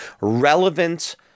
relevant